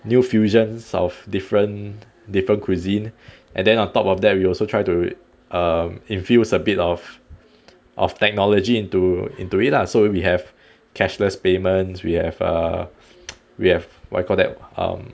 new fusions of different different cuisine and then on top of that we also try to um infuse a bit of of technology into into it lah so we we have cashless payments we have err we have what you call that um